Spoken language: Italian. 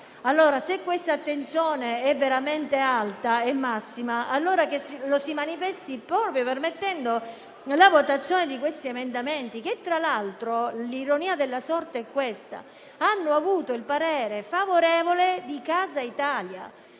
Se l'attenzione è veramente alta e massima, allora che si manifesti permettendo la votazione di questi emendamenti, che tra l'altro - ironia della sorte - hanno avuto il parere favorevole di Casa Italia,